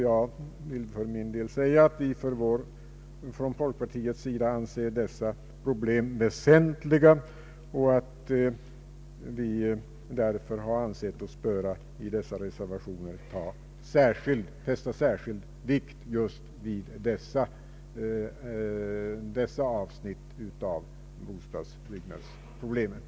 Jag vill betona att vi från folkpartiets sida finner dessa problem väsentliga och att vi därför genom dessa reservationer vill markera särskild vikt vid dessa avsnitt av bostadsproblemet.